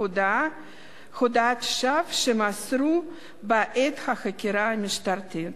הודאת שווא שמסרו בעת חקירה משטרתית.